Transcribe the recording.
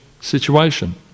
situation